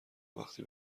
وقتی